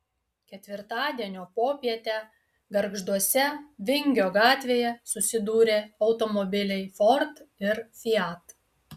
ketvirtadienio popietę gargžduose vingio gatvėje susidūrė automobiliai ford ir fiat